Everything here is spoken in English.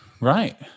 right